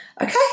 Okay